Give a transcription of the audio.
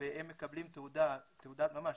והם מקבלים תעודה ממש,